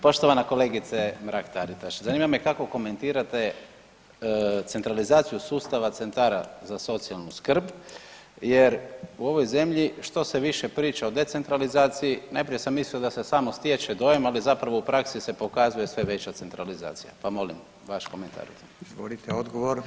Poštovana kolegice Mrak-Taritaš zanima me kako komentirate centralizaciju sustava centara za socijalnu skrb, jer u ovoj zemlji što se više priča o decentralizaciji, najprije sam mislio da se samo stječe dojam, ali zapravo u praksi se pokazuje sve veća centralizacija pa molim vaš komentar.